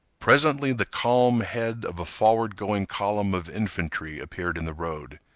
presently the calm head of a forward-going column of infantry appeared in the road.